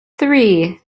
three